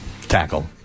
tackle